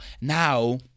Now